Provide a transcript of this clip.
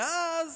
ואז,